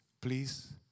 Please